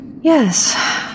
Yes